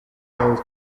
world